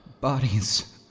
Bodies